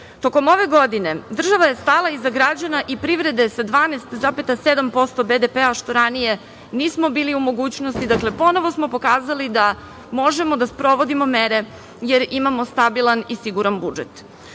Tokom ove godine, država je stala iza građana i privrede sa 12,7% BDP što ranije nismo bili u mogućnosti. Dakle, ponovo smo pokazali da možemo da sprovodimo mere, jer imamo stabilan i siguran budžet.